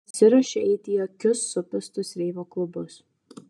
nesiruošiu eiti į jokius supistus reivo klubus